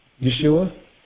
Yeshua